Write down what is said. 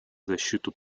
защиту